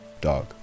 Dog